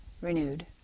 renewed